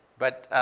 but